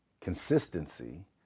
consistency